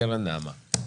קרן ונעמה.